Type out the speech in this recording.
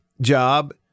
job